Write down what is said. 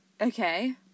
Okay